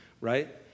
right